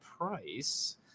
price